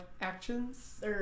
actions